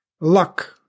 luck